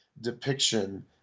depiction